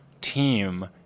team